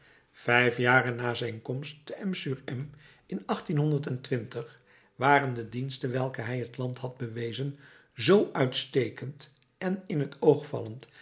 vijf jaren na zijn komst te m sur m in waren de diensten welke hij het land had bewezen zoo uitstekend en in t oogvallend